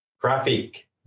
graphic